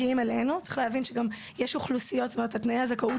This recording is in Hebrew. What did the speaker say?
אני אעצור פה בינתיים.